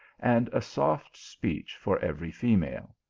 and a soft speech for every female.